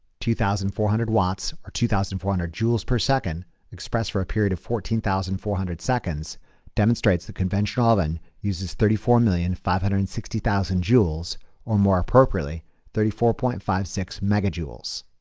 two thousand four hundred watts or two thousand four and hundred joules per second express for a period of fourteen thousand four hundred seconds demonstrates the conventional oven uses thirty four million five hundred and sixty thousand joules or more appropriately thirty four point five six megajoules.